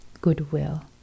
goodwill